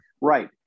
right